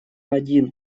один